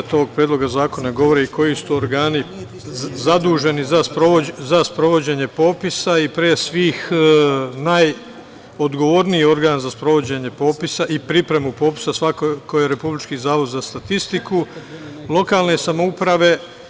Član 9. ovog Predloga zakona, govori koji su to organi zaduženi za sprovođenje popisa i pre svih, najodgovorniji organ za sprovođenje popisa i pripremu popisa, svakako je Republički zavod za statistiku, lokalne samouprave.